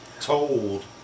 told